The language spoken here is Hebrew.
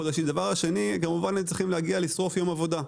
דבר שני, הם צריכים להגיע ולשרוף יום עבודה.